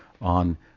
on